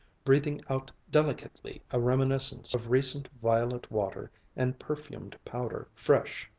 breathing out delicately a reminiscence of recent violet water and perfumed powder fresh,